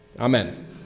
Amen